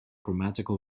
grammatical